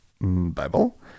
Bible